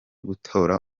gutora